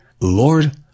Lord